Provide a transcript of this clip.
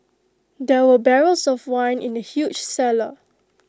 there were barrels of wine in the huge cellar